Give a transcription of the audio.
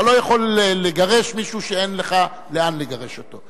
אתה לא יכול לגרש מישהו שאין לך לאן לגרש אותו.